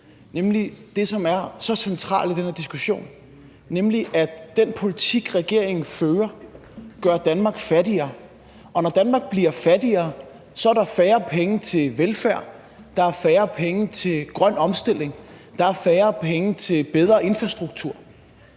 Det, som er så centralt i den her diskussion, er nemlig, at den politik, regeringen fører, gør Danmark fattigere, og når Danmark bliver fattigere, er der færre penge til velfærd, der er færre penge til grøn omstilling, og der er færre penge til bedre infrastruktur.